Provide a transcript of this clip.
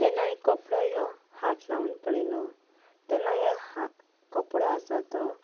जेन्ना हांवें कपडो ह्यो हात लावन पळयलो तेन्ना ह्या कपडो आसा तो